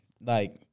Like-